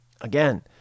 Again